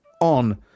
on